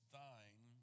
thine